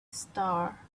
star